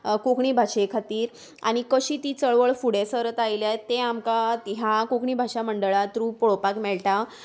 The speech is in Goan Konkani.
कोंकणी भाशे खातीर आनी कशीं ती चळवळ फुडें सरत आयल्या तें आमकां ह्या कोंकणी भाशा मंडळा थ्रू पळोवपाक मेळटा